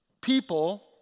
people